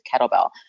kettlebell